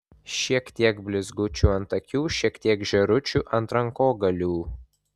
šiek tiek blizgučių ant akių šiek tiek žėručių ant rankogalių